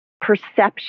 perception